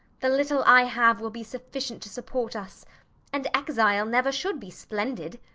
the little i have will be sufficient to support us and exile never should be splendid.